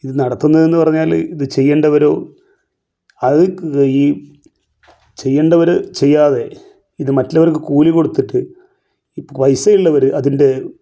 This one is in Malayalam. ഇത് നടത്തുന്നതെന്ന് പറഞ്ഞാൽ ഇത് ചെയ്യേണ്ടതൊരു അവക്ക് ഈ ചെയ്യണ്ടവർ ചെയ്യാതെ ഇത് മറ്റുള്ളവർക്ക് കൂലി കൊടുത്തിട്ട് ഈ പൈസ ഉള്ളവർ അതിൻ്റെ